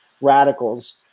radicals